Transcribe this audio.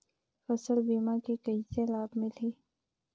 फसल बीमा के कइसे लाभ मिलही?